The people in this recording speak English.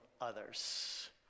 others